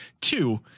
Two